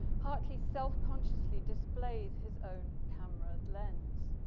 hartley self-consciously displays his own camera lens.